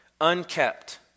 unkept